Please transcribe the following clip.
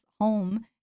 home